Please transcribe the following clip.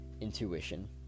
intuition